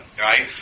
right